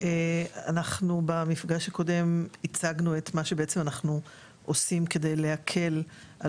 אנחנו במפגש הקודם הצגנו את מה שאנחנו עושים כדי להקל על